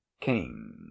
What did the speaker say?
King